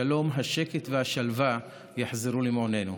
השלום, השקט והשלווה יחזרו למעוננו.